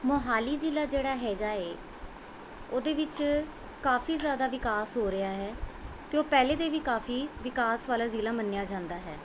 ਮੋਹਾਲੀ ਜ਼ਿਲ੍ਹਾ ਜਿਹੜਾ ਹੈਗਾ ਏ ਉਹਦੇ ਵਿੱਚ ਕਾਫੀ ਜ਼ਿਆਦਾ ਵਿਕਾਸ ਹੋ ਰਿਹਾ ਹੈ ਅਤੇ ਉਹ ਪਹਿਲੇ ਦੇ ਵੀ ਕਾਫੀ ਵਿਕਾਸ ਵਾਲਾ ਜ਼ਿਲ੍ਹਾ ਮੰਨਿਆ ਜਾਂਦਾ ਹੈ